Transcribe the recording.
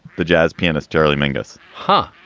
the jazz pianist charlie mingus. huh.